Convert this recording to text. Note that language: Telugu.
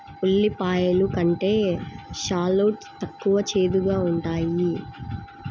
ఉల్లిపాయలు కంటే షాలోట్ తక్కువ చేదుగా ఉంటాయి